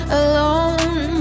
alone